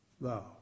thou